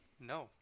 No